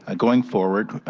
ah going forward,